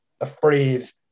afraid